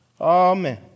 Amen